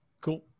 Cool